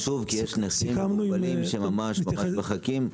זה חשוב כי יש נכים ומוגבלים שממש ממש מחכים.